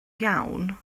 iawn